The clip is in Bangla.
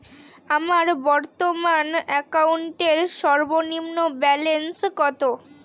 আমার বর্তমান অ্যাকাউন্টের সর্বনিম্ন ব্যালেন্স কত?